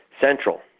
Central